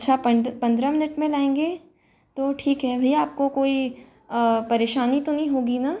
अच्छा पंड पंद्रह मिनट में लायेंगे तो ठीक है भैया आपको कोई परेशानी तो नहीं होगी न